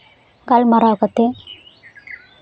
ᱜᱟᱞᱢᱟᱨᱟᱣ ᱠᱟᱛᱮ